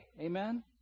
Amen